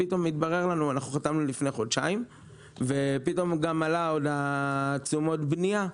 חתמנו לפני חודשיים ופתאום מדד תשומות הבנייה עלה.